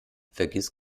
vergiss